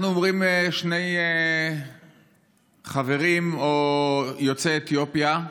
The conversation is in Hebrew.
אנחנו אומרים: שני חברים, או יוצאי אתיופיה,